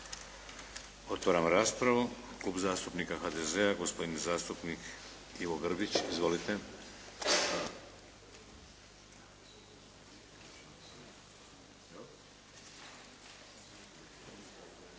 Otvaram raspravu. Klub zastupnika HDZ-a, gospodin zastupnik Ivo Grbić. Izvolite.